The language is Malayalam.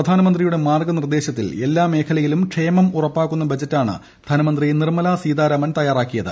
പ്രധാനമന്ത്രിയുടെ മാർഗ്ഗനിർദ്ദേശത്തിൽ എല്ലാ മേഖലയിലും ക്ഷേമം ഉറപ്പാക്കുന്ന ബജറ്റാണ് ധനമന്ത്രി നിർമ്മല സീതാരാമൻ തയ്യാറാക്കിയത്